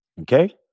Okay